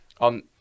On